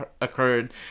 occurred